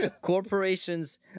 Corporations